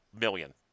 million